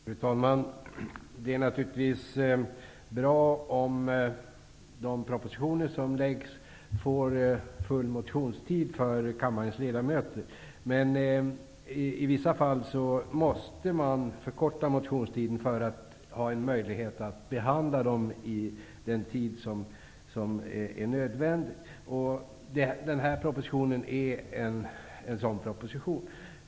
Fru talman! Det är naturligtvis bra om kammarens ledamöter får tillgång till full motionstid för de propositioner som läggs fram. Men i vissa fall måste man förkorta motionstiden för att ha en möjlighet att behandla propositionerna inom den tid som är nödvändig. Denna proposition är en sådan proposition.